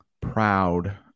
proud